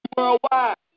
Worldwide